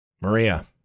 Maria